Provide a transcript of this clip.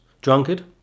Drunkard